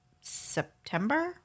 September